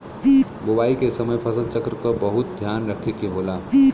बोवाई के समय फसल चक्र क बहुत ध्यान रखे के होला